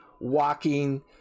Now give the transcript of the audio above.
walking